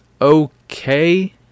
okay